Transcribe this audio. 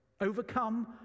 Overcome